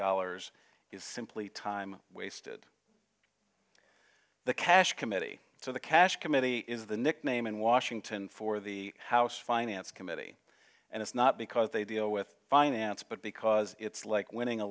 dollars is simply time wasted the cash committee so the cash committee is the nickname in washington for the house finance committee and it's not because they deal with finance but because it's like winning